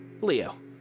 Leo